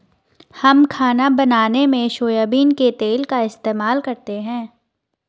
हम खाना बनाने में सोयाबीन के तेल का इस्तेमाल करते हैं